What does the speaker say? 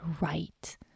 right